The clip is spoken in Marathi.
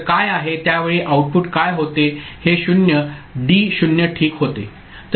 तर काय आहे त्यावेळी आउटपुट काय होते हे 0 डी 0 ठीक होते